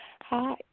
Hi